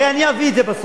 הרי אני אביא את זה בסוף,